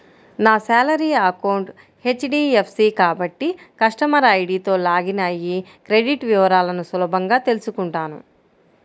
నా salary account HDFC కాబట్టి customer ఐడీతో లాగిన్ అయ్యి క్రెడిట్ వివరాలను సులభంగా తెల్సుకుంటాను